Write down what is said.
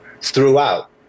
throughout